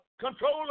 control